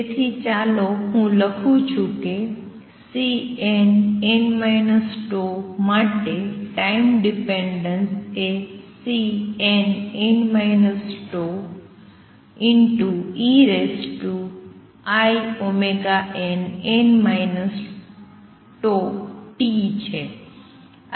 તેથી ચાલો હું લખું છું કે Cnn τ માટે ટાઈમ ડીપેનડન્સ એ Cnn τeinn τt છે